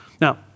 Now